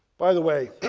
by the way,